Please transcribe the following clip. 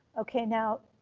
okay, now,